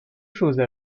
choses